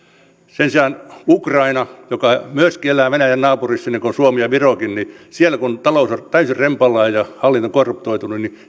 sen sijaan ukrainassa joka myöskin elää venäjän naapurissa niin kuin suomi ja virokin kun talous on täysin rempallaan ja hallinto korruptoitunut